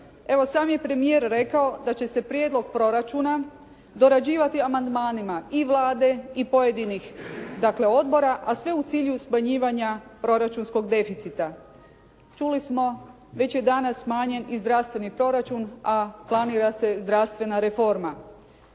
Evo, sam je premijer rekao da će se prijedlog proračuna dorađivati amandmanima i Vlade i pojedinih dakle, odbora a sve u cilju smanjivanja proračunskog deficita. Čuli smo, već je danas smanjen i zdravstveni proračun a planira se zdravstvena reforma.